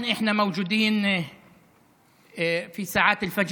להלן תרגומם: עכשיו אנחנו בשעות השחר.